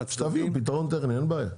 אז תביאו פתרון טכני, אין בעיה.